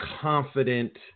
confident